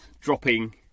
dropping